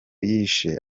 yishe